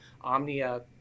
Omnia